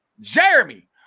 Jeremy